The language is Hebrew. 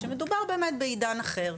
שמדובר באמת בעידן אחר,